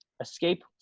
escape